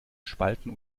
spalten